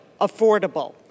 affordable